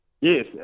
Yes